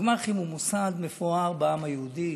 הגמ"ח הם מוסד מפואר בעם היהודי.